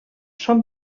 són